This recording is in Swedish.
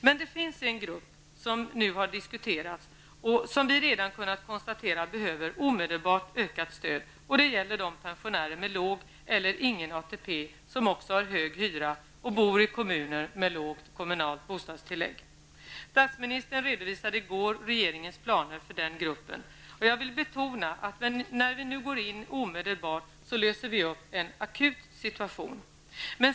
Men det finns en grupp, som nu har diskuterats och som vi redan har kunnat konstatera behöver omedelbart ökat stöd. Det gäller de pensionärer som har låg eller ingen ATP, som också har hög hyra och bor i kommuner med lågt kommunalt bostadstillägg. Statsministern redovisade i går regeringens planer för den gruppen. Jag vill betona att när vi nu går in omedelbart, löser vi upp en akut situation.